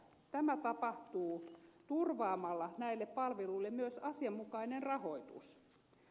tämä tapahtuu turvaamalla näille palveluille myös asianmukainen rahoitus